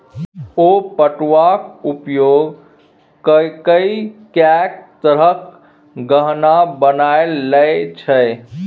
ओ पटुआक उपयोग ककए कैक तरहक गहना बना लए छै